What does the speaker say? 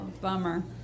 Bummer